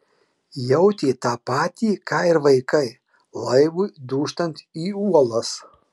jautė tą patį ką ir vaikai laivui dūžtant į uolas